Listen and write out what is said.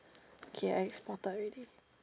okay I exported already